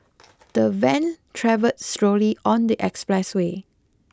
the van traveled slowly on the expressway